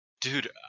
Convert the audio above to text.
Dude